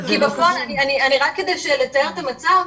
כדי לתאר את המצב,